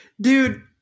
Dude